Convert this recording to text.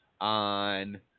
on